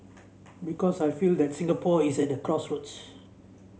because I feel that Singapore is at the crossroads